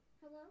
Hello